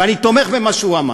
ואני תומך במה שהוא אמר.